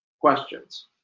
questions